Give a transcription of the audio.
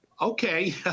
Okay